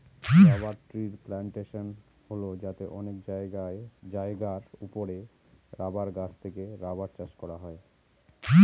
rubber ট্রির plantation হল যাতে অনেক জায়গার ওপরে রাবার গাছ থেকে রাবার চাষ করা হয়